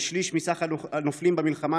כשליש מכלל הנופלים במלחמה,